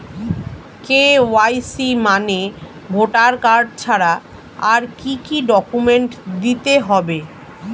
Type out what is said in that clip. KYC মানে voter card ছাড়া আর কি কি ডকুমেন্ট দিতে হবে?